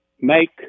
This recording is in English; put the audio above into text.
make